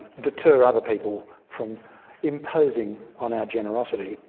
deter other people from imposing on our generosity.